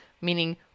meaning